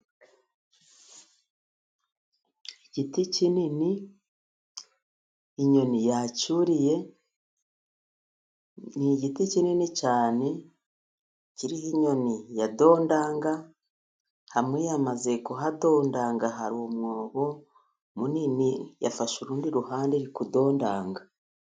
Igiti kinini inyoni yacyuriye, ni igiti kinini cyane kiriho inyoni ya dondanga, hamwe yamaze kuhadondanga hari umwobo munini, yafashe urundi ruhande iri kudondanga.